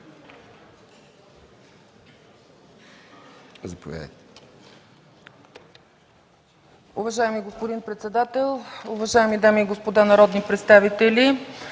Заповядайте,